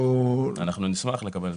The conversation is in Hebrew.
אנחנו נשמח לקבל.